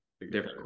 different